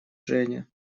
женя